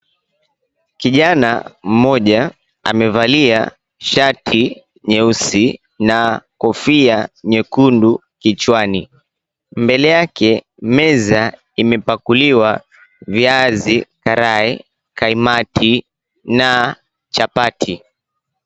kijana mmoja amevalia shati nyeusi na kofia ya nyekundu kichwani, mbele yake meza imepakuliwa viazi karai, kaimati na chapati.